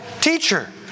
Teacher